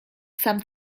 sam